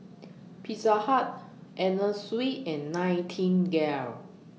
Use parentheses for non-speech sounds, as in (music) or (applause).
Pizza Hut (noise) Anna Sui and Nightingale